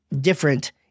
different